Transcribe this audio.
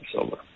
silver